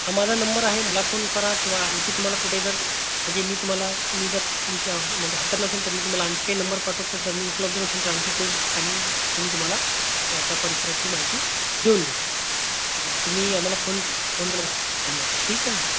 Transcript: हा माझा नंबर आहे मला फोन करा किंवा आणखी तुम्हाला कुठे जर म्हणजे तुम्हाला जर तुमची आव म्हणजे हरकत नसेल तर मी तुम्हाला आणखीही नंबर पाठवत तर मी उपलब्ध नसेल तर आ आणखी कोणी लोकांनी कोणी तुम्हाला त्या परिसरातली माहिती देऊन देईल तुम्ही आम्हाला फोन फोन केलं धन्यवाद ठीक आहे मॅडम